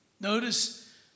Notice